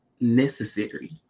necessary